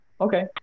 okay